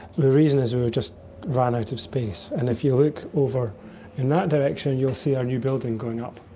the reason is we just ran out of space. and if you look over in that direction you'll see our new building going up,